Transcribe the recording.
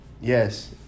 Yes